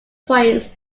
points